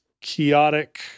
chaotic